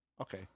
Okay